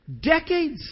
decades